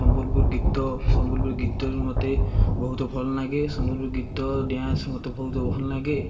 ସମ୍ବଲପୁର ଗୀତ ସମ୍ବଲପୁର ଗୀତରେ ମୋତେ ବହୁତ ଭଲ ନାଗେ ସମ୍ବଲପୁର ଗୀତ ଡ଼୍ୟାନ୍ସ ମୋତେ ବହୁତ ଭଲ ନାଗେ